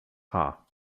haar